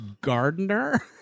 gardener